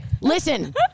Listen